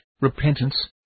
repentance